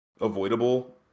avoidable